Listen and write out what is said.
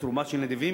לתרומה של נדיבים,